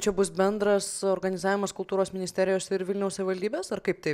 čia bus bendras organizavimas kultūros ministerijos ir vilniaus savivaldybės ar kaip tai